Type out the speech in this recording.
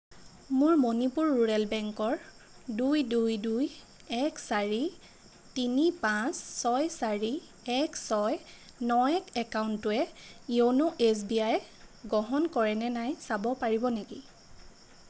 মোৰ মণিপুৰ ৰুৰেল বেংকৰ দুই দুই দুই এক চাৰি তিনি পাঁচ ছয় চাৰি এক ছয় ন এক একাউণ্টটোৱে য়োনো এছ বি আই গ্ৰহণ কৰে নে নাই চাব পাৰিব নেকি